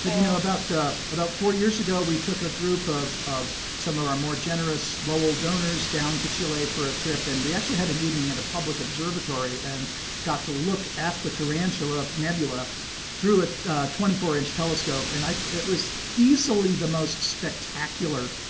but you know about about four years ago, we took a group of of some of our more generous lowell donors down to chile for a trip, and we actually had an evening at a public observatory and got to look at the tarantula nebula through a twenty four inch telescope. and it was easily the most spectacular,